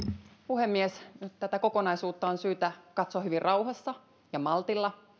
puhemies tätä kokonaisuutta on syytä katsoa hyvin rauhassa ja maltilla